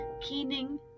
keening